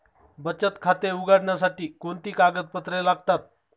बचत खाते उघडण्यासाठी कोणती कागदपत्रे लागतात?